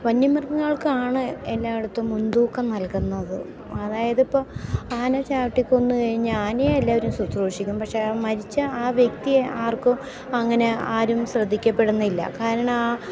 വന്യ മൃഗങ്ങൾക്കാണ് എല്ലായിടത്തും മുൻതൂക്കം നൽകുന്നത് അതായതിപ്പോൾ ആന ചവിട്ടിക്കൊന്നു കഴിഞ്ഞാൽ ആനയേ എല്ലാവരും ശുശ്രൂഷിക്കും പക്ഷെ ആ മരിച്ച ആ വ്യക്തിയെ ആർക്കും അങ്ങനെ ആരും ശ്രദ്ധിക്കപ്പെടുന്നില്ല കാരണം ആ